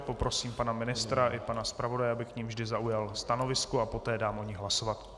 Poprosím pana ministra i pana zpravodaje, aby k nim vždy zaujali stanovisko, a poté dám o nich hlasovat.